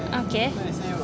okay